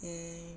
eh